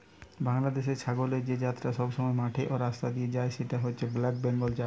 বাংলাদেশের ছাগলের যে জাতটা সবসময় মাঠে বা রাস্তা দিয়ে যায় সেটা হচ্ছে ব্ল্যাক বেঙ্গল জাত